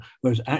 whereas